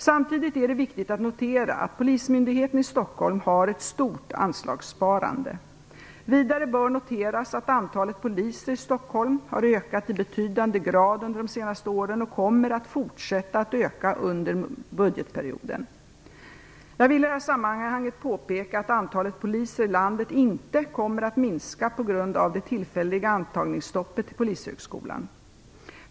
Samtidigt är det viktigt att notera att Polismyndigheten i Stockholm har ett stort anslagssparande. Vidare bör noteras att antalet poliser i Stockholm har ökat i betydande grad under de senaste åren och kommer att fortsätta att öka under budgetperioden. Jag vill i det här sammanhanget påpeka att antalet poliser i landet inte kommer att minska på grund av det tillfälliga antagningsstoppet till Polishögskolan.